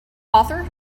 author